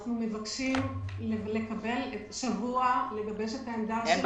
אנחנו מבקשים לקבל שבוע ולגבש את העמדה שלנו.